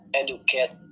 educate